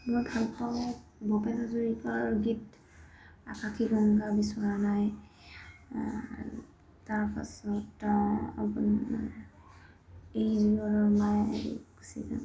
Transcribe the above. মই ভাল পাওঁ ভূপেন হাজৰিকৰ গীত আকাাশী গংগা বিচৰা নাই তাৰপাছত